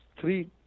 three